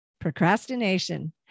procrastination